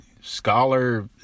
scholar